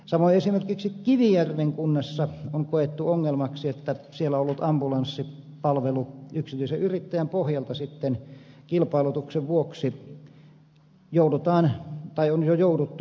samoin esimerkiksi kivijärven kunnassa on koettu ongelmaksi että siellä ollut ambulanssipalvelu yksityisen yrittäjän pohjalta sitten kilpailutuksen vuoksi joudutaan tai on jo jouduttu menettämään